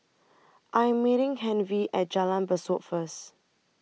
I Am meeting Hervey At Jalan Besut First